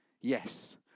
Yes